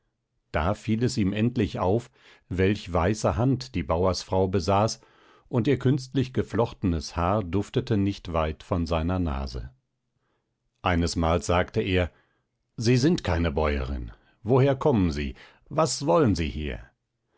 da fiel es ihm endlich auf welch weiße hand die bauersfrau besaß und ihr künstlich geflochtenes haar duftete nicht weit von seiner nase einesmals sagte er sie sind keine bäuerin woher kommen sie was wollen sie hier